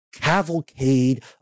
cavalcade